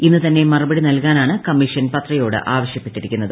ഇന്ന് തന്നെ മറുപടി നൽകാനാണ് കമ്മീഷൻ പത്രയോട് ആവശ്യപ്പെട്ടിരിക്കുന്നത്